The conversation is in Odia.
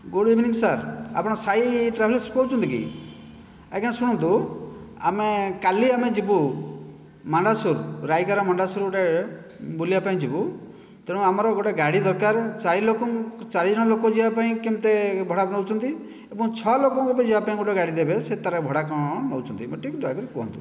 ଗୁଡ଼ ଇଭନିଙ୍ଗ ସାର୍ ଆପଣ ସାଇ ଟ୍ରାଭେଲ୍ସରୁ କହୁଛନ୍ତି କି ଆଜ୍ଞା ଶୁଣନ୍ତୁ ଆମେ କାଲି ଆମେ ଯିବୁ ମାଣ୍ଡାସୂର ରାୟଗଡ଼ା ମାଣ୍ଡାସୂର ବୁଲିବା ପାଇଁ ଯିବୁ ତେଣୁ ଆମର ଗୋଟିଏ ଗାଡ଼ି ଦରକାର ଚାରିଜଣ ଲୋକ ଯିବା ପାଇଁ କେମିତି ଭଡ଼ା ନେଉଛନ୍ତି ଏବଂ ଛଅ ଲୋକଙ୍କ ଯିବା ପାଇଁ ଗୋଟିଏ ଗାଡ଼ି ଦେବେ ସେ ତା'ର ଭଡ଼ା କ'ଣ ନେଉଛନ୍ତି ମୋତେ ଟିକିଏ ଦୟା କରି କୁହନ୍ତୁ